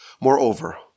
Moreover